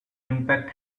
impact